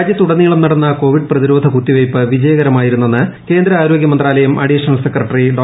രാജ്യത്തുടനീളം നടന്ന കോവിഡ് പ്രതിരോധ കുത്തിവയ്പ്പ് വിജയകരമായിരുന്നെന്ന് കേന്ദ്ര ആരോഗ്യ മന്ത്രാലയം അഡീഷണൽ സെക്രട്ടറി ഡോ